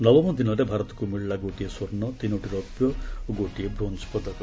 ନବମ ଦିନରେ ଭାରତକୁ ମିଳିଲା ଗୋଟିଏ ସ୍ୱର୍ଷ୍ଣ ତିନୋଟି ରୌପ୍ୟ ଓ ଗୋଟିଏ ବ୍ୱୋଞ୍ଜ ପଦକ